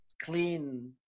clean